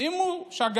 אם הוא שגה